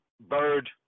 Bird